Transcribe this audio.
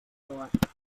thought